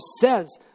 says